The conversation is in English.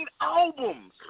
albums